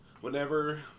Whenever